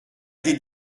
des